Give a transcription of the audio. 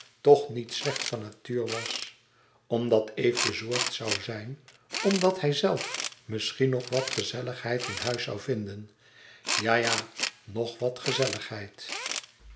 toch niet slecht van natuur was omdat eve bezorgd zoû zijn omdat hijzelf misschien nog wat gezelligheid in hun huis zoû vinden ja ja nog wat gezelligheid